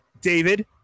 David